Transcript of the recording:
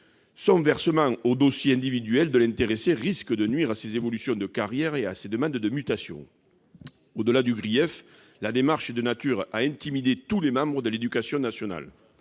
son versement au dossier individuel de l'intéressé risque de nuire à ses évolutions de carrière et à ses demandes de mutation. Au-delà du grief, la démarche est de nature à intimider tous les membres de l'éducation nationale.